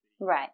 Right